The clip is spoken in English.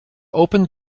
opened